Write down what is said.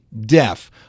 deaf